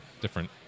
different